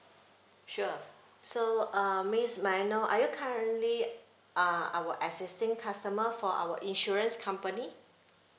sure so uh miss may I know are you currently uh our existing customer for our insurance company